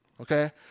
okay